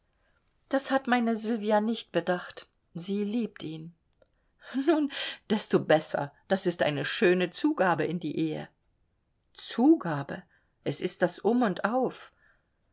das hat meine sylvia nicht bedacht sie liebt ihn nun desto besser das ist eine schöne zugabe in die ehe zugabe es ist das um und auf